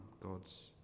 God's